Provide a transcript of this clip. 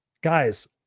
Guys